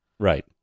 Right